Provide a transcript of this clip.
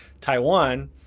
Taiwan